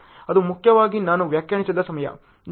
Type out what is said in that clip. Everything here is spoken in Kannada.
ಅದು ಮುಖ್ಯವಾಗಿ ನಾನು ವ್ಯಾಖ್ಯಾನಿಸಿದ ಸಮಸ್ಯೆ